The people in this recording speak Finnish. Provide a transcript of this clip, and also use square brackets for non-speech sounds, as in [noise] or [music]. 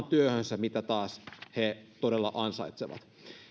[unintelligible] työhönsä sen avun minkä he todella ansaitsevat